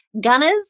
gunners